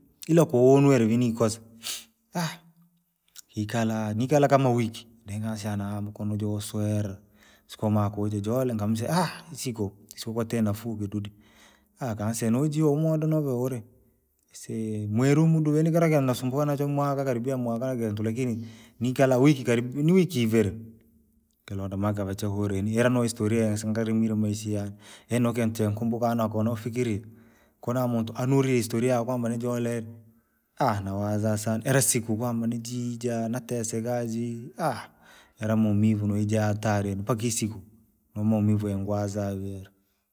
Ila kuunuire vii ni ikosa kikalaa, nikala kama wiki, denikasha na haa kono jouswirire, sikomaa kuja jole kamwea isiko, isiko kwatee nafuu kidudi, akanisea nojio umuda novaa uri. Aisee! Mweri imudu kira into nasumbua nachoo mwaka karibia mwaka na kintu lakini, nikala wiki kari niwiki ivere, kilonda manka vacha huri yani ire noistoria sikarimiriye maisha yani. Yaani nokontu chenkumbuka na konaa ufikirie, konaa muntu anuriye historia ya kwamba nijole, mawazo sana ire siku kwamba ni jiija nateseka jii. Ira maumivu naijaa hatari yani mpaka isiko, nomaunivu yongwazaa vii eri.